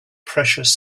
precious